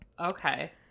okay